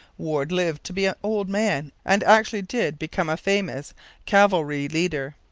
warde lived to be an old man and actually did become a famous cavalry leader.